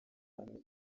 hamwe